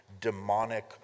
demonic